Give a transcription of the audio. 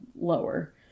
lower